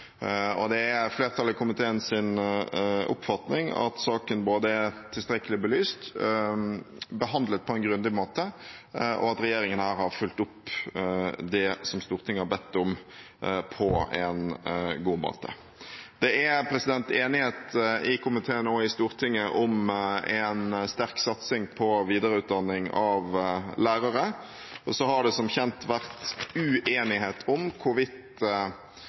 2025. Oppfatningen til flertallet i komiteen er at saken både er tilstrekkelig belyst og behandlet på en grundig måte, og at regjeringen her har fulgt opp det som Stortinget har bedt om, på en god måte. Det er enighet i komiteen og i Stortinget om en sterk satsing på videreutdanning av lærere. Det har som kjent vært uenighet om hvorvidt